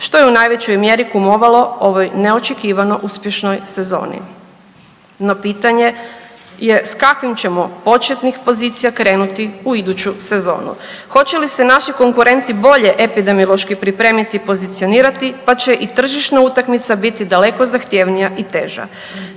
što je u najvećoj mjeri kumovalo ovoj neočekivano uspješnoj sezoni. No, pitanje je s kakvih ćemo početnih pozicija krenuti u iduću sezonu. Hoće li se naši konkurenti bolje epidemiološki pripremiti i pozicionirati pa će i tržišna utakmica biti daleko zahtjevnija i teža.